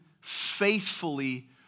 faithfully